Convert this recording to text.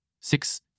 Six